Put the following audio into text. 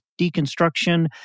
deconstruction